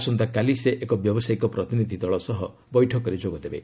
ଆସନ୍ତାକାଲି ସେ ଏକ ବ୍ୟବସାୟିକ ପ୍ରତିନିଧି ଦଳ ସହ ବୈଠକରେ ଯୋଗଦେବେ